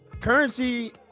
currency